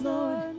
Lord